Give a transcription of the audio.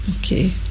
Okay